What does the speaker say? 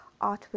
artwork